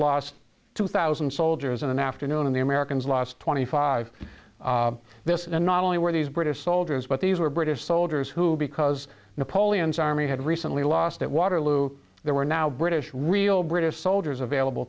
lost two thousand soldiers in an afternoon and the americans lost twenty five this not only were these british soldiers but these were british soldiers who because napoleon's army had recently lost that waterloo there were now british real british soldiers available